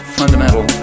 fundamental